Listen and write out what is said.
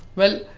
well,